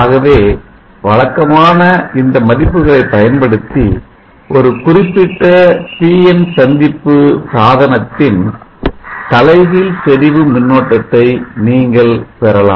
ஆகவே இந்த வழக்கமான மதிப்புகளை பயன்படுத்தி ஒரு குறிப்பிட்ட பிஎன் PN சந்திப்பு சாதனத்தின் தலைகீழ் செறிவு மின்னோட்டத்தை நீங்கள் பெறலாம்